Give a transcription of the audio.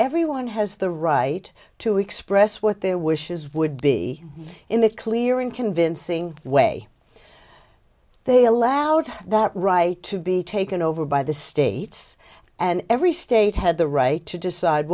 everyone has the right to express what their wishes would be in a clear and convincing way they allowed that right to be taken over by the states and every state had the right to decide